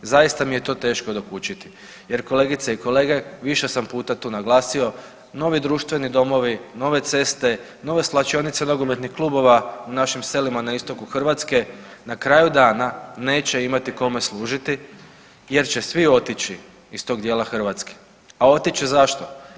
Zaista mi je to teško dokučiti jer kolegice i kolege više sam puta tu naglasio novi društveni domovi, nove ceste, nove svlačionice nogometnih klubova u našim selima na istoku Hrvatske na kraju dana neće imati kome služiti jer će svi otići iz tog dijela Hrvatske, a otići će zašto?